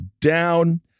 down